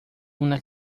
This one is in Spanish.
una